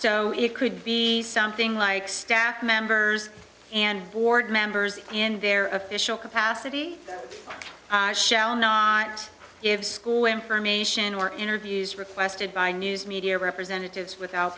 so it could be something like staff members and board members in their official capacity i shall not if school information or interviews requested by news media representatives